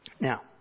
Now